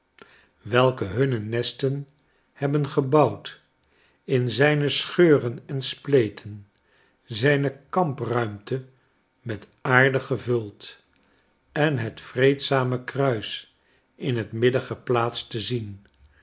welke hunne nesten hebben gebouwd in zijne scheuren en spleten zijne kampruimte met aarde gevuld en het vreedzarae kruis in het midden geplaatst te zien